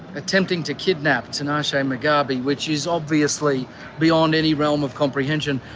attempting to kidnap tinashe and mugabe, which is obviously beyond any realm of comprehension.